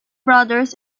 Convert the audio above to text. brothers